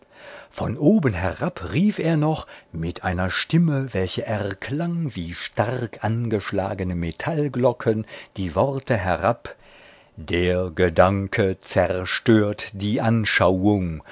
von oben herab rief er noch mit einer stimme welche erklang wie stark angeschlagene metallglocken die worte herab der gedanke zerstört die anschauung